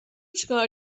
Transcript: چیکار